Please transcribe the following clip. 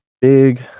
Big